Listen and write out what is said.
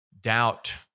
Doubt